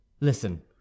Listen